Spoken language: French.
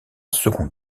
second